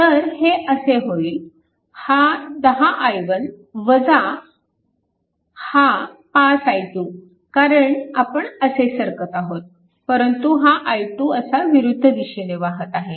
तर हे असे होईल हा 10 i1 हा 5 i2 कारण आपण असे सरकत आहोत परंतु हा i2 असा विरुद्ध दिशेने वाहत आहे